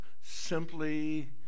simply